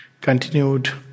continued